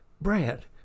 Brad